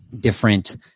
different